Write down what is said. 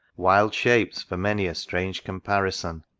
wild shapes for many a strange comparison!